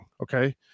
okay